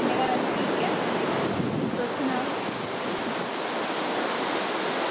मेरा हाल ठीक ऐ तुस सनाओ